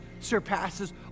surpasses